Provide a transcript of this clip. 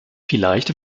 vielleicht